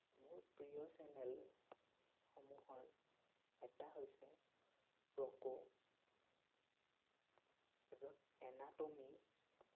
মোৰ প্ৰিয় চেনেলসমূহৰ এটা হৈছে ক্ৰক' য'ত এনাট'মী